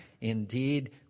Indeed